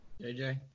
JJ